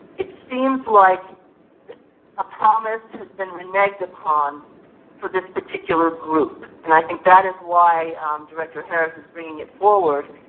it seems like a promise that reneged upon for this particular group. and i think that is why director harris is bringing it forward,